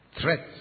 Threats